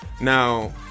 Now